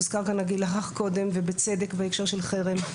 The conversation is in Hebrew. הוזכר כאן הגיל הרך קודם ובצדק בהקשר ש לחרם,